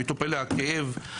מטופלי הכאב,